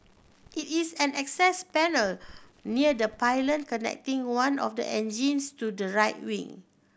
it is an access panel near the pylon connecting one of the engines to the right wing